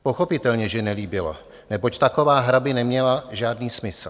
Pochopitelně že nelíbilo, neboť taková hra by neměla žádný smysl.